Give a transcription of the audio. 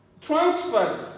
transferred